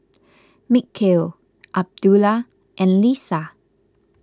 Mikhail Abdullah and Lisa